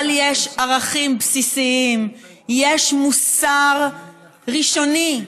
אבל יש ערכים בסיסיים, יש מוסר ראשוני,